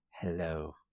hello